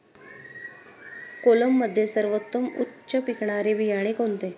कोलममध्ये सर्वोत्तम उच्च पिकणारे बियाणे कोणते?